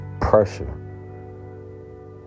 pressure